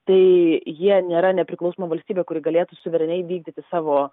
tai jie nėra nepriklausoma valstybė kuri galėtų suvereniai vykdyti savo